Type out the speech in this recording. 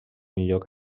lloc